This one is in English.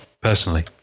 personally